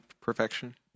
perfection